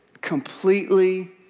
completely